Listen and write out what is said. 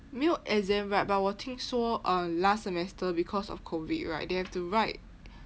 没有 exam right but 我听所 last semester because of COVID right they have to write